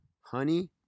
honey